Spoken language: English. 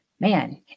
Man